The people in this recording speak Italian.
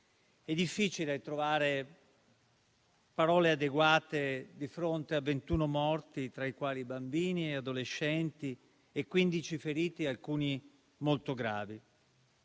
È difficile trovare parole adeguate di fronte a ventuno morti, tra i quali bambini e adolescenti, e quindici feriti, alcuni molto gravi.